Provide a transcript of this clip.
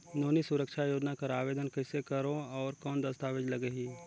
नोनी सुरक्षा योजना कर आवेदन कइसे करो? और कौन दस्तावेज लगही?